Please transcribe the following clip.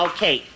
Okay